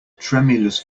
tremulous